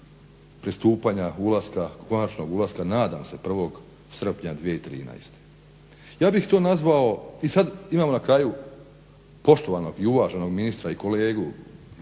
pristupanja, ulaska, konačnog ulaska nadam se 1. srpnja 2013. I sad imamo na kraju poštovanog i uvaženog ministra i kolegu